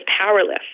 powerless